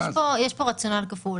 יש פה רציונל כפול.